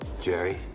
Jerry